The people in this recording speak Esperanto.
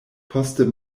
poste